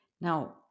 Now